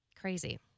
Crazy